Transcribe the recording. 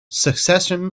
succession